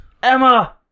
Emma